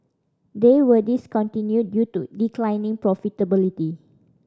they were discontinued due to declining profitability